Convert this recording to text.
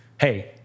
hey